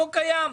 לא קיים.